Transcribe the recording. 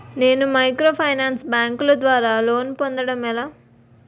నేను మైక్రోఫైనాన్స్ బ్యాంకుల ద్వారా లోన్ పొందడం ఎలా?